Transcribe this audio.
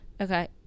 Okay